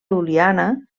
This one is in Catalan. ljubljana